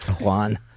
Juan